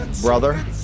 brother